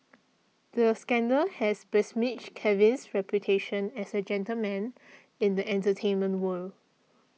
the scandal has besmirched Kevin's reputation as a gentleman in the entertainment world